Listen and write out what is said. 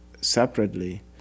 separately